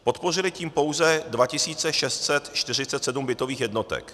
Podpořili tím pouze 2 647 bytových jednotek.